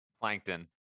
Plankton